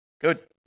Good